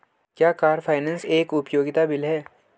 क्या car finance एक उपयोगिता बिल है?